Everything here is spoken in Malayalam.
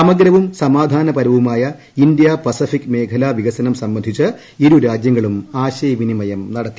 സമഗ്രവും സമാധാനപരവുമായ ഇന്ത്യ പസഫിക് മേഖലാ വികസനം സംബന്ധിച്ച് ഇരു രാജ്യങ്ങളും ആശയവിനിമയം നടത്തി